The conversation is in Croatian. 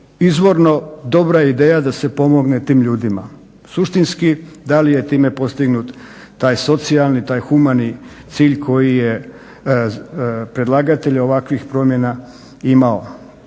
izvorno dobra ideja da se pomogne tim ljudima. Suštinski, da li je time postignut taj socijalni, taj humani cilj koji je predlagatelj ovakvih promjena imao.